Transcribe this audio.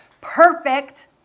perfect